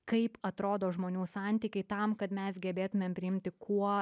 kaip atrodo žmonių santykiai tam kad mes gebėtumėm priimti kuo